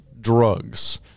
drugs